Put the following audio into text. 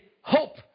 hope